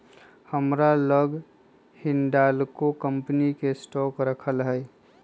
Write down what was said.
हमरा लग हिंडालको कंपनी के स्टॉक राखल हइ